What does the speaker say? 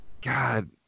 God